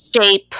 shape